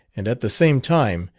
and at the same time,